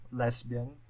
lesbian